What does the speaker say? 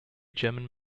german